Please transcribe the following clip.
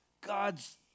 God's